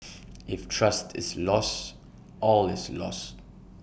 if trust is lost all is lost